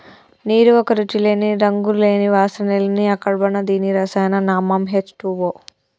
నీరు ఒక రుచి లేని, రంగు లేని, వాసన లేని అకర్బన దీని రసాయన నామం హెచ్ టూవో